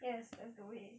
yes that's the way